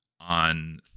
on